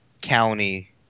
county